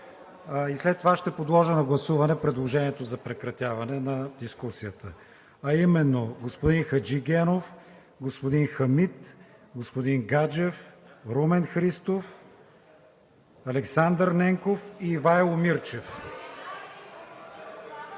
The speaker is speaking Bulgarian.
След това ще подложа на гласуване предложението за прекратяване на дискусията. А именно: господин Хаджигенов, господин Хамид, господин Гаджев, господин Румен Христов, господин Александър Ненков и господин Ивайло Мирчев.